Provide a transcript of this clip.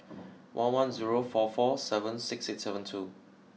one one zero four four seven six eight seven two